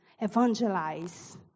evangelize